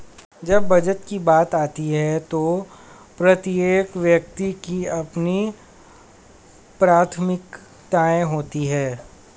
जब बचत की बात आती है तो प्रत्येक व्यक्ति की अपनी प्राथमिकताएं होती हैं